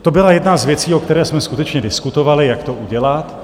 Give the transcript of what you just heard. To byla jedna z věcí, o které jsme skutečně diskutovali, jak to udělat.